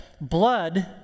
Blood